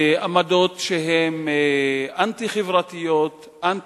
לעמדות שהן אנטי-חברתיות, אנטי-שוויוניות,